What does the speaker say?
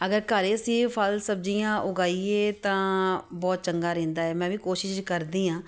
ਅਗਰ ਘਰ ਇਹ ਅਸੀਂ ਫਲ ਸਬਜ਼ੀਆਂ ਉਗਾਈਏ ਤਾਂ ਬਹੁਤ ਚੰਗਾ ਰਹਿੰਦਾ ਹੈ ਮੈਂ ਵੀ ਕੋਸ਼ਿਸ਼ ਕਰਦੀ ਹਾਂ